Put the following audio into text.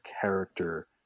character